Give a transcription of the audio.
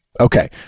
Okay